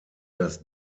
das